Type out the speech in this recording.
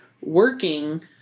working